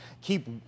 keep